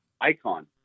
Icon